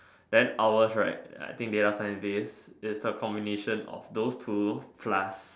then ours right I think the data scientist is the combination of those two